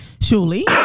surely